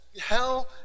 Hell